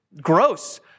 gross